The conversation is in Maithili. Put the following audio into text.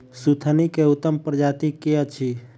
सुथनी केँ उत्तम प्रजाति केँ अछि?